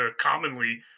commonly